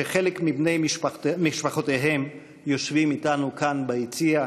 שחלק מבני משפחותיהם יושבים אתנו כאן ביציע,